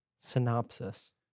synopsis